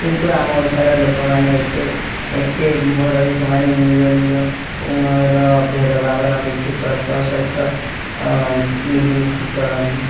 କିନ୍ତୁ ଆମ ଓଡ଼ିଶାର ଲୋକମାନେ ଏତେ ଏତେ ଭଲ ଯେ ସେମାନେ ନିଜ ନିଜର ଭେଦଭାବନା ଦେଖି ପରସ୍ପର ସହିତ ମିଲିମିଶି ଚଳନ୍ତି